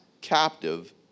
captive